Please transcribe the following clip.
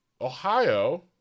Ohio